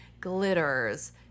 glitters